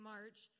March